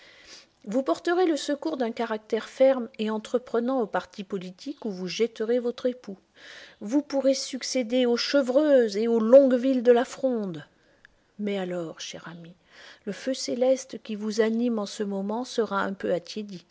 vous porterez le secours d'un caractère ferme et entreprenant au parti politique où vous jetterez votre époux vous pourrez succéder aux chevreuse et aux longueville de la fronde mais alors chère amie le feu céleste qui vous anime en ce moment sera un peu